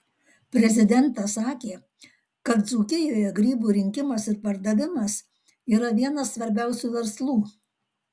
prezidentas sakė kad dzūkijoje grybų rinkimas ir pardavimas yra vienas svarbiausių verslų